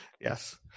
Yes